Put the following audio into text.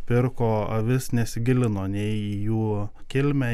pirko avis nesigilino nei į jų kilmę